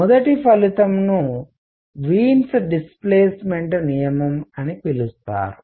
మొదటి ఫలితంను Wien's displacement Wien's displacement నియమము అని పిలుస్తారు